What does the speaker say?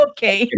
Okay